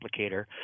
applicator